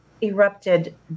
erupted